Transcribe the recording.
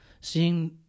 seeing